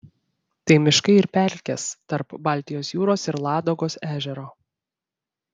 tai miškai ir pelkės tarp baltijos jūros ir ladogos ežero